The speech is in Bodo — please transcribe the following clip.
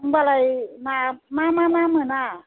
होनबालाय ना मा मा ना मोना